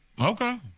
Okay